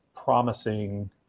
promising